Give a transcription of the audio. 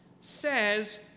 says